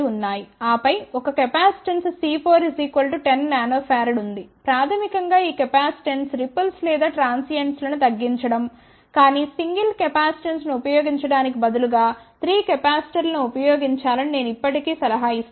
ఆపై ఒక capacitance C4 10 nF ఉంది ప్రాథమికం గా ఈ కెపాసిటెన్స్ రిపుల్స్ లేదా ట్రాన్సియెంట్లను తగ్గించడం కానీ సింగిల్ కెపాసిటెన్స్ను ఉపయోగించటానికి బదులుగా 3 కెపాసిటర్ లను ఉపయోగించాలని నేను ఇప్పటి కీ సలహా ఇస్తాను